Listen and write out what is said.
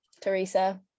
Teresa